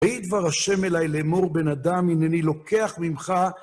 ויהי דבר השם אלי לאמור בן אדם, הנני לוקח ממך.